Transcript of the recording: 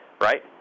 right